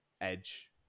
Edge